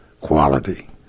quality